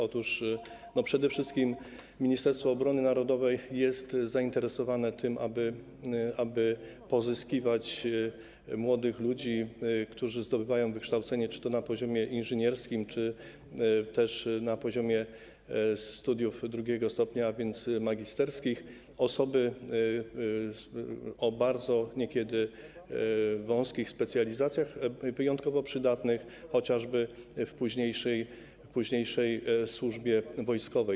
Otóż przede wszystkim Ministerstwo Obrony Narodowej jest zainteresowane tym, aby pozyskiwać młodych ludzi, którzy zdobywają wykształcenie czy to na poziomie inżynierskim, czy też na poziomie studiów II stopnia, więc magisterskich, osoby o bardzo niekiedy wąskich specjalizacjach, wyjątkowo przydatnych chociażby w późniejszej służbie wojskowej.